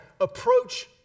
approach